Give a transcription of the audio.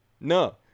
No